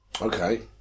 Okay